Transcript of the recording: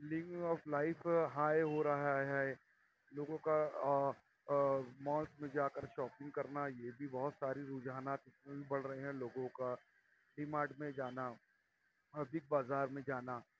living of life high ہو رہا ہے لوگوں کا مولس میں جا کر شوپنگ کرنا یہ بھی بہت ساری رجحانات اس میں بھی بڑھ رہے ہیں لوگوں کا ڈی مارٹ میں جانا اور بگ بازار میں جانا